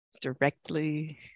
directly